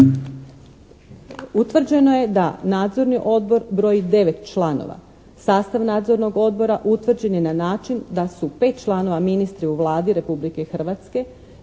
Utvrđeno je da nadzorni odbor broji 9 članova, sastav nadzornog odbora utvrđen je na način da su 5 članova ministri u Vladi Republike Hrvatske,